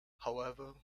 however